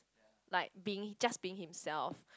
like being just being himself